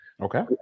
okay